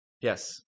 Yes